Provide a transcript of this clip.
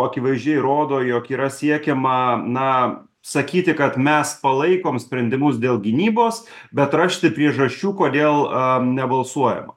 akivaizdžiai rodo jog yra siekiama na sakyti kad mes palaikom sprendimus dėl gynybos bet rasti priežasčių kodėl a nebalsuoja